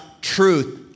truth